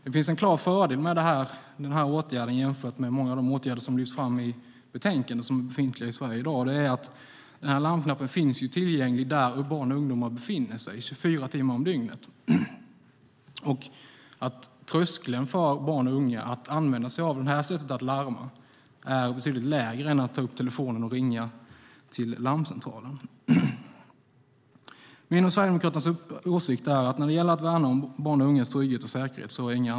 Det finns en klar fördel med den här åtgärden jämfört med många av de åtgärder som lyfts fram i betänkandet och som finns i Sverige i dag, och det är att den här larmknappen finns tillgänglig där barn och ungdomar befinner sig 24 timmar om dygnet. Tröskeln för barn och unga att använda sig av det här sättet att larma är betydligt lägre än att ta upp telefonen och ringa till larmcentralen. Det är min och Sverigedemokraternas åsikt att inga ansträngningar är för stora när det gäller att värna barn och ungas trygghet och säkerhet.